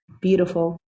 beautiful